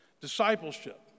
Discipleship